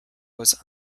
was